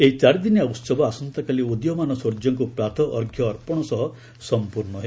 ଏହି ଚାରିଦିନିଆ ଉତ୍ସବ ଆସନ୍ତାକାଲି ଉଦୀୟମାନ ସୂର୍ଯ୍ୟଙ୍କୁ ପ୍ରାତଃ ଅର୍ଘ୍ୟ ଅର୍ପଣ ସହ ସମ୍ପର୍ଣ୍ଣ ହେବ